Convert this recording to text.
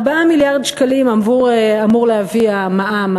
4 מיליארד שקלים אמור להביא המע"מ,